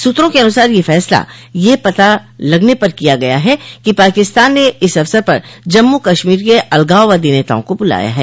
सूत्रा के अनुसार यह फैसला यह पता लगने पर किया गया है कि पाकिस्तान ने इस अवसर पर जम्मू कश्मीर के अलगाववादी नेताओं को बुलाया है